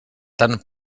tant